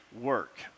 work